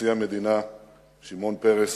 נשיא המדינה שמעון פרס,